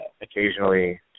occasionally